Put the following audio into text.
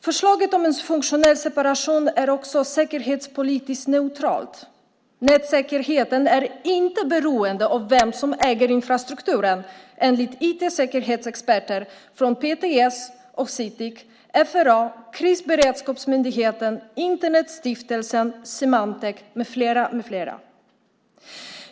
Förslaget om en funktionell separation är också säkerhetspolitiskt neutralt. Nätsäkerhet är inte beroende av vem som äger infrastrukturen enligt IT-säkerhetsexperter från PTS och Sitic, FRA, Krisberedskapsmyndigheten, Internetstiftelsen, Symantec med flera.